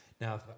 Now